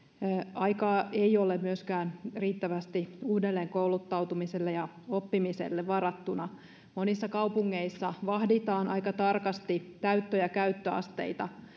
aikaa ei ole myöskään riittävästi uudelleenkouluttautumiselle ja oppimiselle varattuna monissa kaupungeissa vahditaan aika tarkasti täyttö ja käyttöasteita